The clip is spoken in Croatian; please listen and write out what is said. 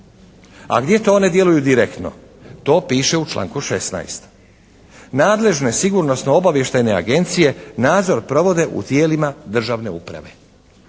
A gdje to one djeluju direktno? To piše u članku 16. Nadležne sigurnosno-obavještajne agencije nadzor provode u tijelima državne uprave.